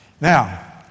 Now